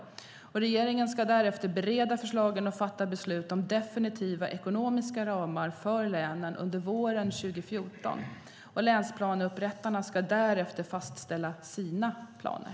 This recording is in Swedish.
Regeringen ska därefter bereda förslagen och fatta beslut om definitiva ekonomiska ramar för länen under våren 2014. Länsplaneupprättarna ska därefter fastställa sina planer.